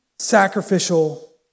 Sacrificial